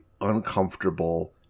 uncomfortable